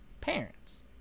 parents